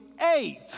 eight